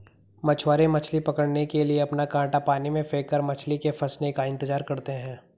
मछुआरे मछली पकड़ने के लिए अपना कांटा पानी में फेंककर मछली के फंसने का इंतजार करते है